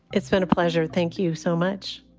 it's been a pleasure. thank you so much.